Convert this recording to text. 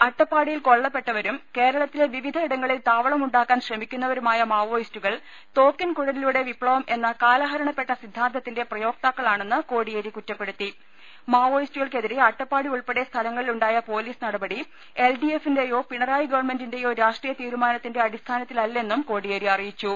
അട്ടപ്പാ ടിയിൽ കൊല്ലപ്പെട്ടവരും കേരളത്തിലെ വിവിധ ഇടങ്ങളിൽ താവ ളമുണ്ടാക്കാൻ ശ്രമിക്കുന്നവരുമായ മാവോയിസ്റ്റുകൾ തോക്കിൻ കുഴലിലൂടെ വിപ്ലവം എന്ന കാലഹരണപ്പെട്ട സിദ്ധാന്തത്തിന്റെ പ്രയോക്താക്കളാണെന്ന് കോടിയേരി കുറ്റപ്പെടുത്തി മാവോയിസ്റ്റുകൾക്കെതിരെ അട്ടപ്പാടി ഉൾപ്പെടെ സ്ഥലങ്ങലി ലുണ്ടായ പൊലീസ് നടപടി എൽ ഡി എഫിന്റെയോ പിണറായി ഗവൺമെന്റിന്റേയോ രാഷ്ട്രീയ തീരുമാനത്തിന്റെ അടിസ്ഥാന ത്തിലല്ലെന്നും കോടിയേരി അറിയിച്ചു